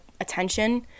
attention